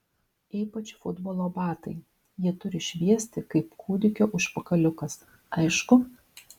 ypač futbolo batai jie turi šviesti kaip kūdikio užpakaliukas aišku